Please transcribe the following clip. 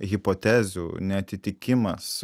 hipotezių neatitikimas